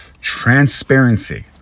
transparency